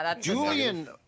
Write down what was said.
Julian